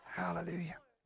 hallelujah